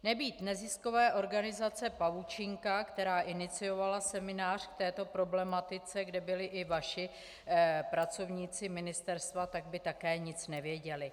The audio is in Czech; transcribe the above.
Nebýt neziskové organizace Pavučinka, která iniciovala seminář k této problematice, kde byli i vaši pracovníci ministerstva, tak by také nic nevěděli.